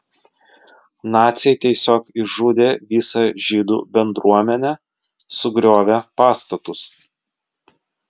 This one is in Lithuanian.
naciai tiesiog išžudė visą žydų bendruomenę sugriovė pastatus